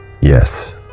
Yes